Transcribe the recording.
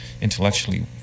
intellectually